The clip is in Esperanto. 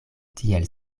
tiel